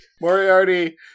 Moriarty